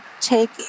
take